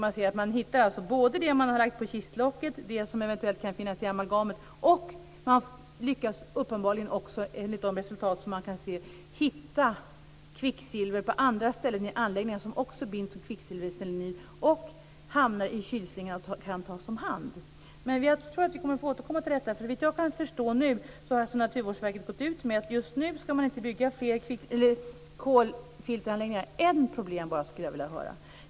Man hittar det man har lagt på kistlocket, det som eventuellt kan finnas i amalgamet och man lyckas uppenbarligen också, enligt de resultat som finns, hitta kvicksilver på andra ställen i anläggningen som också binds som kvicksilverselenid och hamnar i kylslingorna och kan tas om hand. Jag tror att vi kommer att få återkomma till detta. Såvitt jag kan förstå har Naturvårdsverket gått ut med att just nu ska man inte bygga fler kolfilteranläggningar. Jag skulle vilja ta upp ett problem till.